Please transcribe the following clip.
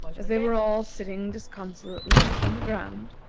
as they were all sitting disconsolately upon the ground,